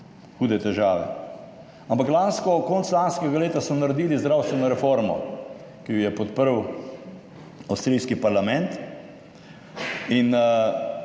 hude težave, ampak konec lanskega leta so naredili zdravstveno reformo, ki jo je podprl avstrijski parlament, in